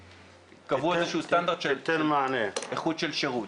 קבעו איזה שהוא סטנדרט של איכות של שירות.